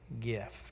gift